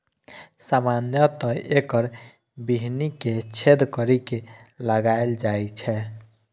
सामान्यतः एकर बीहनि कें छेद करि के लगाएल जाइ छै